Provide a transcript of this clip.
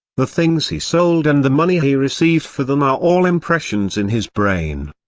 the things he sold and the money he received for them are all impressions in his brain.